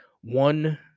one